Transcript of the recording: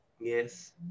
Yes